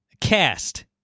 Cast